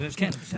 כן.